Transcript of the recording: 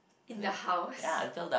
in the house